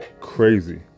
crazy